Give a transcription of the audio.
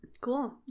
Cool